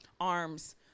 arms